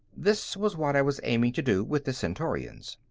this was what i was aiming to do with the centaurians.